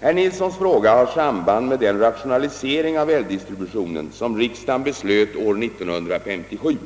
Herr Nilssons fråga har samband med den rationalisering av eldistributionen, som riksdagen beslöt år 1957.